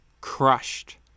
crushed